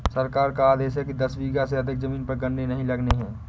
सरकार का आदेश है कि दस बीघा से अधिक जमीन पर गन्ने नही लगाने हैं